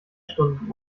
stunden